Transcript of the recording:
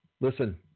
Listen